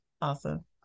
Awesome